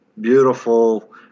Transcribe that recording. beautiful